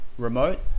remote